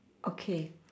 okay